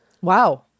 Wow